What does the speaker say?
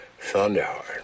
Thunderheart